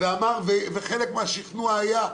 חלק מהשכנוע היה,